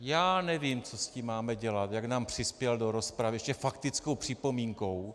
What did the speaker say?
Já nevím, co s tím máme dělat, jak nám přispěl do rozpravy ještě faktickou připomínkou.